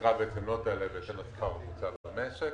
התקרה לא תעלה בהתאם לשכר הממוצע במשק.